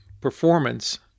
performance